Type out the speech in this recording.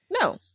No